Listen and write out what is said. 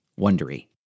Wondery